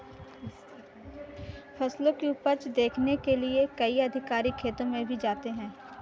फसलों की उपज देखने के लिए कई अधिकारी खेतों में भी जाते हैं